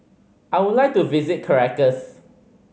I would like to visit Caracas